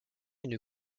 une